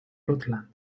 rutland